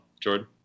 Jordan